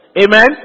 Amen